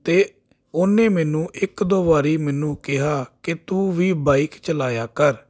ਤਾਂ ਉਹਨੇ ਮੈਨੂੰ ਇੱਕ ਦੋ ਵਾਰ ਮੈਨੂੰ ਕਿਹਾ ਕਿ ਤੂੰ ਵੀ ਬਾਈਕ ਚਲਾਇਆ ਕਰ